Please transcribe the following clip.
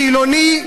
חילוני,